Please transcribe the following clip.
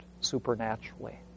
supernaturally